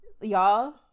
y'all